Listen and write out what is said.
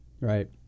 Right